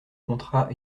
contrat